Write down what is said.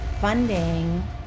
funding